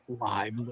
live